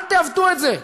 אל תעוותו את זה.